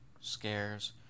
scares